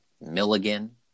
Milligan